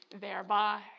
thereby